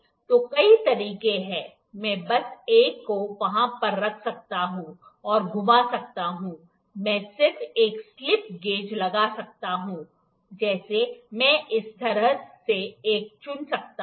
तो कई तरीके हैं मैं बस एक को वहां पर रख सकता हूं और घुमा सकता हूं मैं सिर्फ एक स्लिप गेज लगा सकता हूं जैसे मैं इस तरह से एक चुन सकता हूं